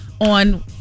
on